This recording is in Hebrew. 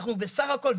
אנחנו בסך הכל,